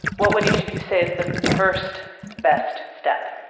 what would each of you say is the first best step?